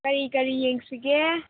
ꯀꯔꯤ ꯀꯔꯤ ꯌꯦꯡꯁꯤꯒꯦ